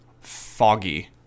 foggy